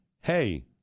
hey